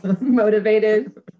motivated